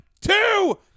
two